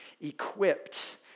equipped